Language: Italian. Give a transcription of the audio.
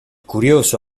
curioso